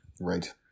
Right